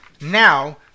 Now